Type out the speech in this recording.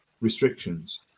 restrictions